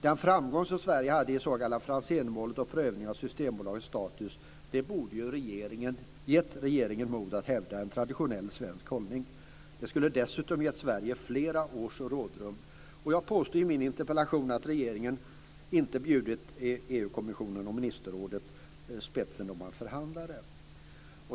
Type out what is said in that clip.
Den framgång som Sverige hade i det s.k. Franzénmålet och i prövningen av Systembolagets status borde ju ha gett regeringen mod att hävda en traditionell svensk hållning. Det skulle dessutom gett Sverige flera års rådrum. Jag påstår i min interpellation att regeringen inte bjudit EU-kommissionen och ministerrådet spetsen när man förhandlade.